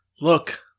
Look